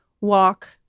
Walk